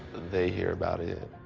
they hear about it.